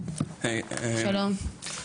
שלום.